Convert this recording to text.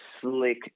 slick